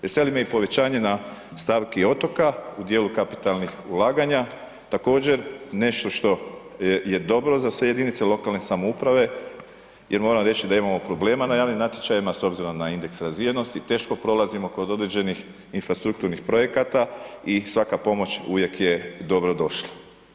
Veseli me i povećanje na stavki otoka u dijelu kapitalnih ulaganja, također nešto što je dobro za sve jedinice lokalne samouprave jer moram reći da imamo problema na javnim natječajima s obzirom na indeks razvijenosti teško prolazimo kod određenih infrastrukturnih projekata i svaka pomoć uvijek je dobrodošla.